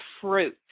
fruit